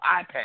iPad